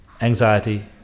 Anxiety